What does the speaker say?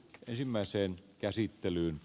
ensimmäiseen käsittelyyn